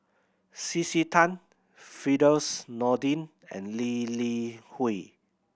C C Tan Firdaus Nordin and Lee Li Hui